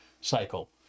cycle